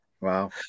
Wow